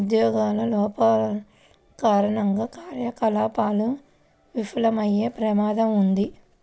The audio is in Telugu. ఉద్యోగుల లోపం కారణంగా కార్యకలాపాలు విఫలమయ్యే ప్రమాదం ఉంది